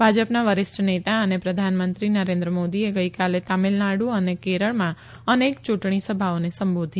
ભાજપના વરિષ્ઠ નેતા અને પ્રધાનમંત્રી નરેન્દ્ર મોદીએ ગઈકાલે તમિલનાડુ અને કેરળમાં અનેક યૂંટણી સભાઓને સંબોધી